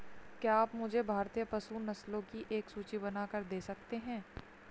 क्या आप मुझे भारतीय पशु नस्लों की एक सूची बनाकर दे सकते हैं?